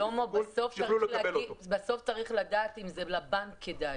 שלמה, בסוף צריך לדעת אם זה לבנק כדאי.